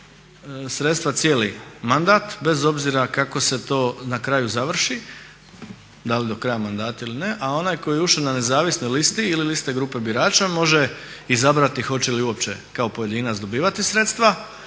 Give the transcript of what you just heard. sredstva cijeli mandat bez obzira kako se to na kraju završi, da li do kraja mandata ili ne. A onaj koji je ušao na nezavisnoj listi ili listi grupe birača može izabrati hoće li uopće kao pojedinac dobivati sredstva.